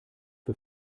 für